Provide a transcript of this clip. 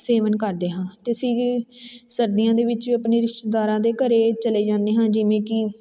ਸੇਵਨ ਕਰਦੇ ਹਾਂ ਅਤੇ ਅਸੀਂ ਸਰਦੀਆਂ ਦੇ ਵਿੱਚ ਵੀ ਆਪਣੇ ਰਿਸ਼ਤੇਦਾਰਾਂ ਦੇ ਘਰ ਚਲੇ ਜਾਂਦੇ ਹਾਂ ਜਿਵੇਂ ਕਿ